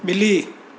ॿिली